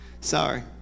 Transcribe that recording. Sorry